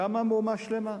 קמה מהומה שלמה,